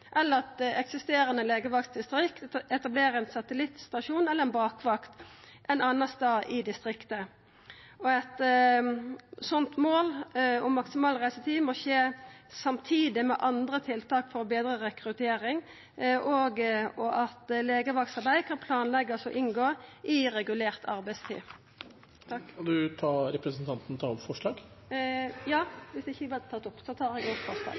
eller at eksisterande legevaktdistrikt etablerer ein satellittstasjon eller ei bakvakt ein annan stad i distriktet. Eit slikt mål om maksimal reisetid må skje samtidig med andre tiltak for å betra rekrutteringa, og slik at legevaktsarbeid kan planleggjast å inngå i regulert arbeidstid. Vil representanten ta opp forslag? Ja, viss forslaga ikkje er tatt opp, tar eg